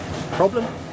Problem